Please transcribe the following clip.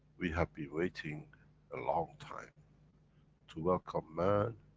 we have been waiting a long time to welcome man